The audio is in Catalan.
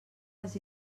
les